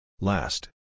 Last